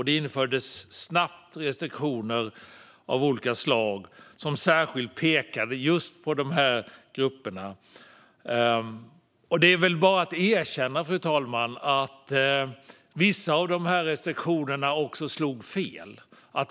Det infördes snabbt restriktioner av olika slag som särskilt pekade på just dessa grupper. Fru talman! Det är väl bara att erkänna att vissa av de restriktionerna slog fel.